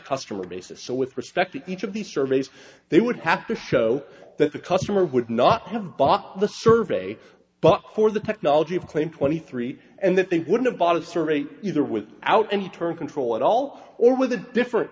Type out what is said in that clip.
customer basis so with respect to each of these surveys they would have to show that the customer would not have bought the survey but for the technology of claim twenty three and that they would have bought a survey either with out and turn control at all or with a different